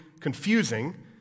confusing